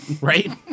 Right